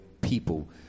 people